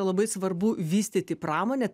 labai svarbu vystyti pramonę